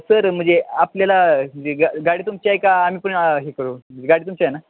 sir म्हणजे आपल्याला जे गा गाडी तुमच्याय का आम्ही कोणी हे करू गाडी तुमच्याय ना